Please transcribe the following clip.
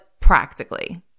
practically